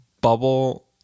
bubble